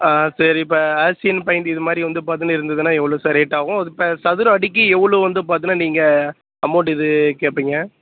ஆ சரி இப்போ Asian paint இதுமாதிரி வந்து பார்த்தோன்னா இருந்ததுன்னா எவ்வளோ சார் ரேட் ஆகும் அது இப்போ சதுரம் அடிக்கு எவ்வளோ வந்து பார்த்தோன்னா நீங்கள் அமௌண்ட் இது கேட்பீங்க